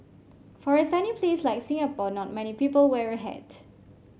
for a sunny place like Singapore not many people wear a hat